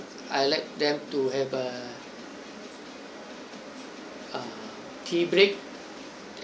I'd like them to have err uh tea break